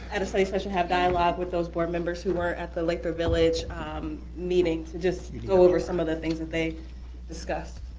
at a study session have dialogue with those board members who were at the like lathrup village um meeting to just go over some of the things that they discussed.